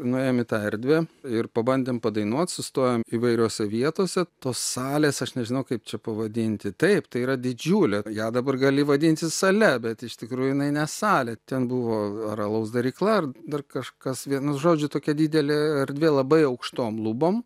nuėjom į tą erdvę ir pabandėm padainuot sustojom įvairiose vietose tos salės aš nežinau kaip čia pavadinti taip tai yra didžiulė ją dabar gali vadinti sale bet iš tikrųjų jinai ne salė ten buvo ar alaus darykla ar dar kažkas vienu žodžiu tokia didelė erdvė labai aukštom lubom